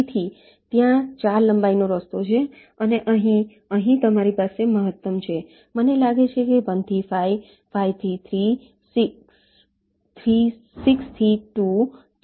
તેથી ત્યાં 4 લંબાઈનો રસ્તો છે અને અહીં અહીં તમારી પાસે મહત્તમ છે મને લાગે છે કે 1 થી 5 5 થી 3 6 3 6 થી 2 3